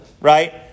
right